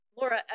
Laura